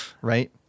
right